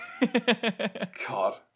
god